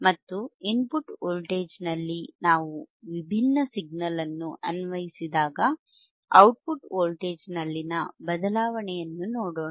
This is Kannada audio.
ಮತ್ತು ಇನ್ಪುಟ್ ವೋಲ್ಟೇಜ್ ನಲ್ಲಿ ನಾವು ವಿಭಿನ್ನ ಸಿಗ್ನಲ್ ಅನ್ನು ಅನ್ವಯಿಸಿದಾಗ ಔಟ್ಪುಟ್ ವೋಲ್ಟೇಜ್ನಲ್ಲಿನ ಬದಲಾವಣೆಯನ್ನು ನೋಡೋಣ